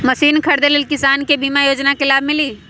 Machine खरीदे ले किसान के बीमा योजना के लाभ मिली?